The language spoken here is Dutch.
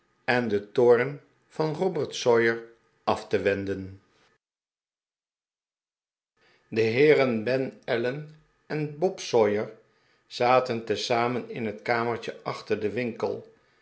en den toorn van robert sawyer af te wenden de heeren ben allen en bob sawyer zaten tezamen in het kamertje aehter den winkel